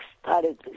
started